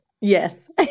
Yes